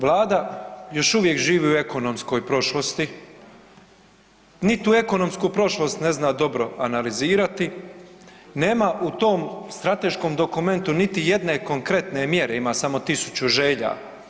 Vlada još uvijek živi u ekonomskoj prošlosti niti ekonomsku prošlost ne zna dobro analizirati, nema u tom strateškom dokumentu niti jedne konkretne mjere, ima samo 1000 želja.